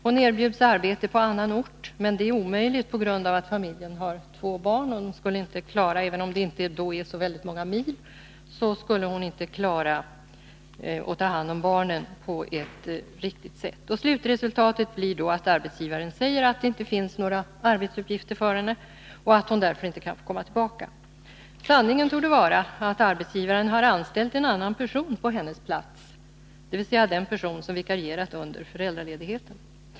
Hon erbjuds arbete på en annan ort, men det är omöjligt för henne att ta på grund av att familjen har två barn. Även om det inte är fråga om ett avstånd på många mil skulle hon inte klara att ta hand om barnen på ett riktigt sätt. Slutresultatet blir att arbetsgivaren säger att det inte finns några arbetsuppgifter för henne och att hon därför inte kan få komma tillbaka. Sanningen torde vara att arbetsgivaren har anställt en annan person på hennes plats, dvs. den person som vikarierat under föräldraledigheten.